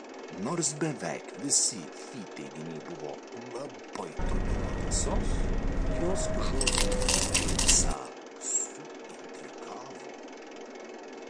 nors beveik visi fi teiginiai buvo labai toli nuo tiesos jos žodžiai džeimsą suintrigavo